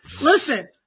listen